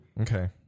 Okay